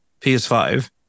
PS5